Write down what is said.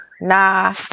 nah